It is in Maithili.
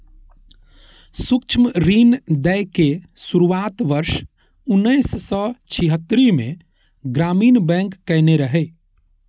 सूक्ष्म ऋण दै के शुरुआत वर्ष उन्नैस सय छिहत्तरि मे ग्रामीण बैंक कयने रहै